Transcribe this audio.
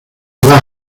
vas